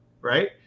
Right